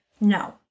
No